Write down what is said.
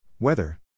Weather